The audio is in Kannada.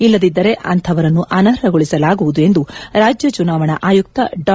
ಇಲ್ಲದಿದ್ದರೆ ಅಂಥವರನ್ನು ಅನರ್ಹಗೊಳಿಸಲಾಗುವುದು ಎಂದು ರಾಜ್ಯ ಚುನಾವಣಾ ಆಯುಕ್ತ ಡಾ